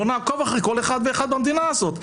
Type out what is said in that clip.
בואו נעקוב אחרי כל אחד ואחד במדינה הזו.